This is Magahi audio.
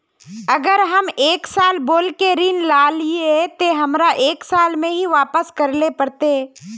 अगर हम एक साल बोल के ऋण लालिये ते हमरा एक साल में ही वापस करले पड़ते?